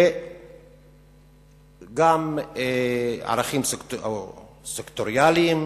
וגם ערכים סקטוריאליים